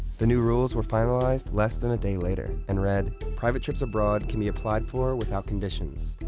the new rules were finalized less than a day later, and read private trips abroad can be applied for without conditions.